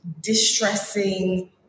distressing